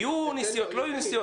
אם יהיו נסיעות או לא יהיו נסיעות?